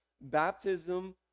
baptism